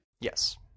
yes